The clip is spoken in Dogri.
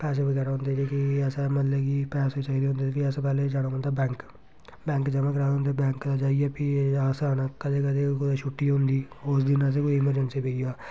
पैसे बगैरा होंदे जेह्के अस मतलब कि पैसे चाहि्दे होंदे फ्ही अस पैहलें जाना पौंदा बैंक बैंक ज'मा कराओ ते बैंक जाइयै फ्ही कदें कदें कुतै छुट्टी होंदी उस दिन असेंगी कोई अमरजैंसी पेई जा